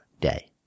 day